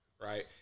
right